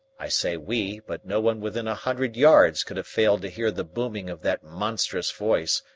i say we, but no one within a hundred yards could have failed to hear the booming of that monstrous voice,